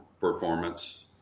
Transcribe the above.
performance